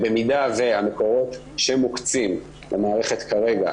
במידה והמקורות שמוקצים במערכת כרגע,